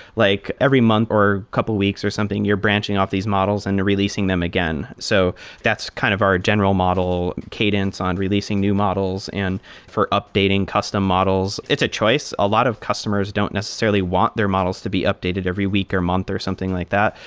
like every month, or couple weeks, or something, you're branching off these models and releasing them again. so that's kind of our general model cadence on releasing new models and for updating custom models. it's a choice. a lot of customers don't necessarily want their models to be updated every week or month or something like that,